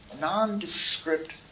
nondescript